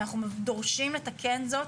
אנחנו דורשים לתקן זאת